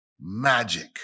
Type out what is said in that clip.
magic